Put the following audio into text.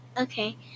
Okay